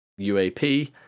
uap